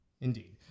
Indeed